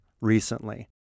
recently